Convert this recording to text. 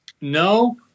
no